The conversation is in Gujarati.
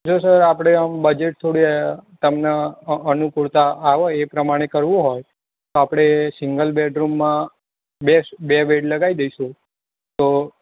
જો સર આપણે આમ બજેટ થોડું તમને અનુકૂળતા આવે એ પ્રમાણે કરવું હોય તો આપણે સિંગલ બેડરૂમમાં બે બેડ લગાવી દઈશું તો